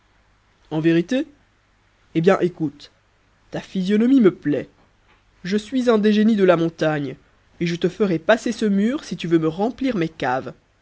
en vérité eh bien écoute ta physionomie me plaît je suis un des génies de la montagne et je te ferai passer ce mur si tu veux me remplir mes caves